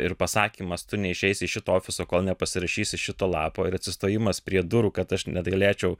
ir pasakymas tu neišeisi iš šito ofiso kol nepasirašysi šito lapo ir atsistojimas prie durų kad aš negalėčiau